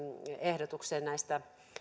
ehdotukseen